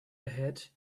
ahead